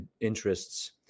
interests